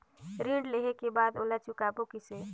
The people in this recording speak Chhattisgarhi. ऋण लेहें के बाद ओला चुकाबो किसे?